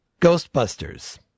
Ghostbusters